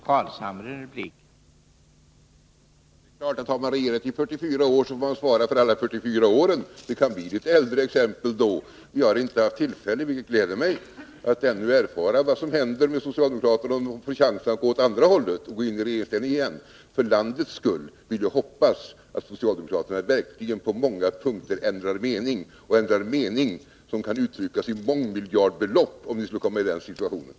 Herr talman! Har man regerat i 44 år, får man självfallet svara för förvaltningen under hela den perioden. Exemplen kan då bli litet gamla. Vi har ännu inte haft tillfälle — vilket gläder mig — att erfara vad som händer om socialdemokraterna får chansen att gå tillbaka i regeringsställning igen. För landets skull vill jag hoppas att socialdemokraterna verkligen på många punkter ändrar mening, på ett sätt som ger utslag i form av mångmiljardbelopp, om vi skulle hamna i den situationen.